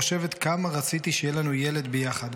חושבת כמה רציתי שיהיה לנו ילד ביחד.